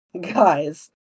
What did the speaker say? guys